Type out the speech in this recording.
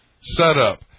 setup